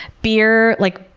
beer. like,